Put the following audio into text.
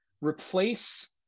replace